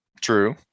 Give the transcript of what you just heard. True